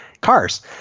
cars